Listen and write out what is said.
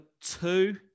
two